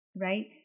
right